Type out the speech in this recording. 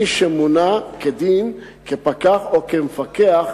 מי שמונה כדין פקח או מפקח,